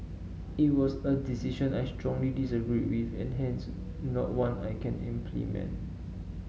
it was a decision I strongly disagreed with and hence not one I can implement